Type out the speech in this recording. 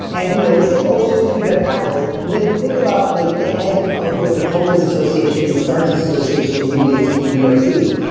and you know we say, oh, just a few bad apples. but then think about like the head of the patrolmen's association and the sergeants association unions in new york city.